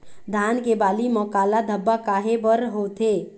धान के बाली म काला धब्बा काहे बर होवथे?